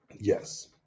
Yes